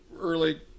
early